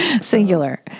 Singular